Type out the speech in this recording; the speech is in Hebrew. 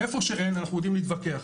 איפה שאין, אנחנו יודעים להתווכח.